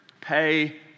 Pay